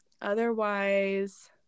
Otherwise